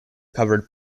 covered